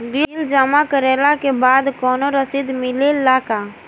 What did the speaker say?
Bill जमा करवले के बाद कौनो रसिद मिले ला का?